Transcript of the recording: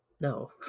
No